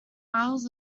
wales